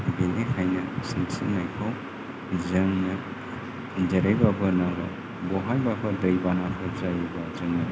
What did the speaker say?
बेनिखायनो सानस्रिनायखौ जोंनो जेरैबाबो नांगौ बहायबाफोर दै बानाफोर जायोब्ला जोङो